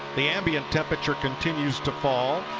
the and and temperature continues to fall.